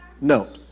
note